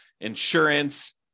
insurance